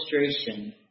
illustration